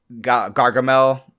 Gargamel